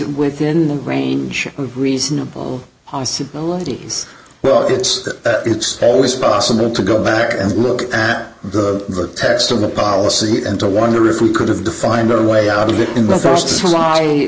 within the range of reasonable possibility as well it's that it's always possible to go back and look at the text of the policy and to wonder if we could have defined our way out of it